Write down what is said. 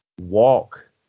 walk